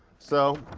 so,